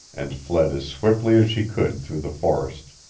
and fled as swiftly as she could through the forest.